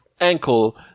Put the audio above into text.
Ankle